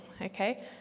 Okay